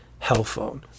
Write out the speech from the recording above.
Hellphone